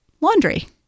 laundry